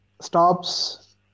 stops